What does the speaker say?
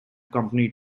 company